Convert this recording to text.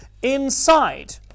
Inside